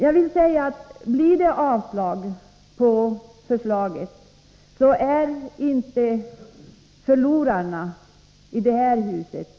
Om riksdagen avslår förslaget, finns inte förlorarna i det här huset.